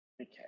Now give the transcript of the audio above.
Okay